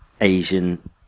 Asian